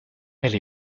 elle